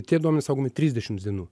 tie duomenys saugomi trisdešims dienų